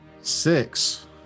Six